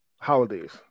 holidays